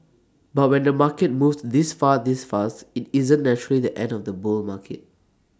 but when the market moves this far this fast IT isn't naturally the end of the bull market